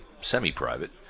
semi-private